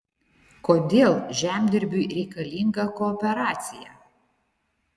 kodėl žemdirbiui reikalinga kooperacija